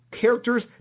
characters